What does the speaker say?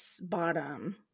bottom